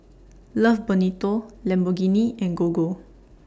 Love Bonito Lamborghini and Gogo